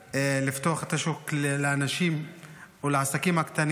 לפתוח את השוק לאנשים או לעסקים הקטנים